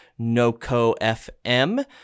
nocofm